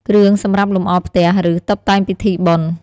គ្រឿងសម្រាប់លម្អផ្ទះ ឬ តុបតែងពិធីបុណ្យ ។